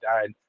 died